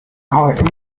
our